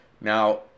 Now